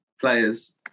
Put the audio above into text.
players